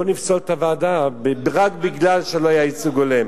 לא נפסול את הוועדה רק מפני שלא היה ייצוג הולם.